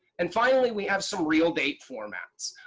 and finally we have some real date formats,